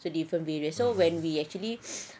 so different areas so when we actually